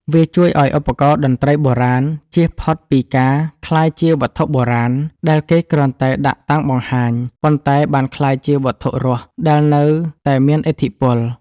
វាជួយឱ្យឧបករណ៍តន្ត្រីបុរាណជៀសផុតពីការក្លាយជា វត្ថុបុរាណ ដែលគេគ្រាន់តែដាក់តាំងបង្ហាញ ប៉ុន្តែបានក្លាយជា វត្ថុរស់ ដែលនៅតែមានឥទ្ធិពល។